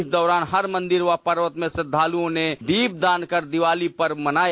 इस दौरान हर मंदिर व पर्वत में श्रद्वालुओं ने दीपदान कर दीवाली पर्व मनाया